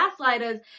gaslighters